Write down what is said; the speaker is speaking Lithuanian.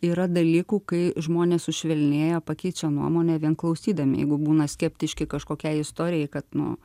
yra dalykų kai žmonės sušvelnėja pakeičia nuomonę vien klausydami jeigu būna skeptiški kažkokiai istorijai kad nu